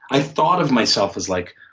i thought of myself as like,